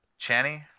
Channy